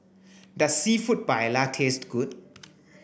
does Seafood Paella taste good